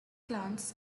glance